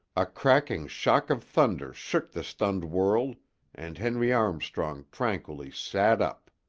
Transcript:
a cracking shock of thunder shook the stunned world and henry armstrong tranquilly sat up.